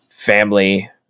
family